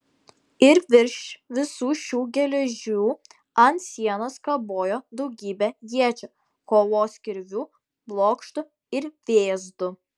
ir virš visų šių geležių ant sienos kabojo daugybė iečių kovos kirvių blokštų ir vėzdų